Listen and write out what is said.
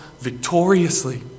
victoriously